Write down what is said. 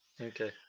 Okay